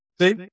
See